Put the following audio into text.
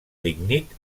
lignit